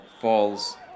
falls